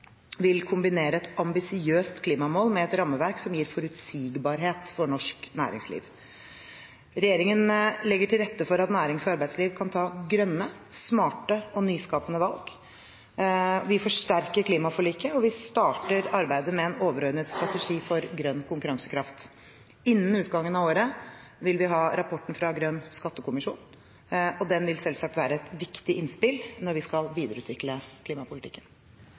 vil kombinere et ambisiøst klimamål med et rammeverk som gir forutsigbarhet for norsk næringsliv. Regjeringen legger til rette for at nærings- og arbeidsliv kan ta grønne, smarte og nyskapende valg. Vi forsterker klimaforliket, og vi starter arbeidet med en overordnet strategi for grønn konkurransekraft. Innen utgangen av året vil vi ha rapporten fra Grønn skattekommisjon. Den vil selvsagt være et viktig innspill når vi skal videreutvikle klimapolitikken.